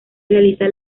realiza